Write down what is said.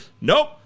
Nope